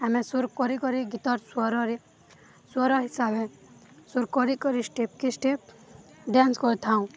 ଆମେ ସୁର କରି କରି ଗୀତର୍ ସ୍ୱରରେ ସ୍ୱର ହିସାବରେ ସୁର କରି କରି ଷ୍ଟେପ୍କେ ଷ୍ଟେପ୍ ଡ୍ୟାନ୍ସ କରିଥାଉଁ